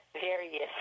various